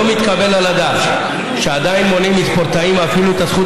לא מתקבל על הדעת שעדיין מונעים מספורטאים אפילו את הזכות